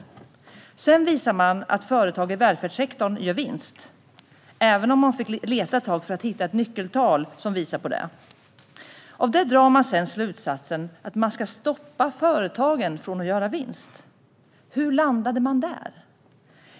Sedan visar man att företag i välfärdssektorn gör vinst, även om man fick leta ett tag för att hitta ett nyckeltal som visar på det. Av detta drar man sedan slutsatsen att man ska stoppa företag från att göra vinst. Hur landade man där?